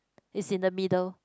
is in the middle